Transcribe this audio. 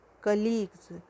colleagues